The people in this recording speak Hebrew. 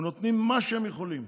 הם נותנים מה שהם יכולים,